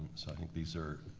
so i think these are,